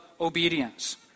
obedience